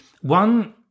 One